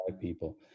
people